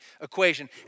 equation